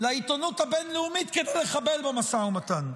לעיתונות הבין-לאומית כדי לחבל במשא ומתן?